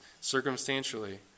Circumstantially